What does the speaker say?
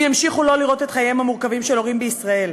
ימשיכו לא לראות את חייהם המורכבים של הורים בישראל.